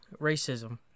racism